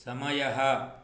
समयः